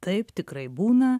taip tikrai būna